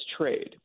trade